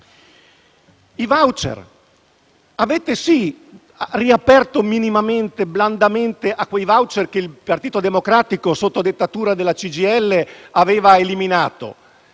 *voucher*, avete sì riaperto minimamente e blandamente a quei *voucher* che il Partito Democratico, sotto dettatura della CGIL, aveva eliminato,